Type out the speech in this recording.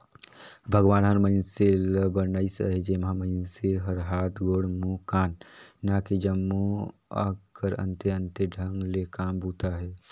भगवान हर मइनसे ल बनाइस अहे जेम्हा मइनसे कर हाथ, गोड़, मुंह, कान, नाक ए जम्मो अग कर अन्ते अन्ते ढंग ले काम बूता अहे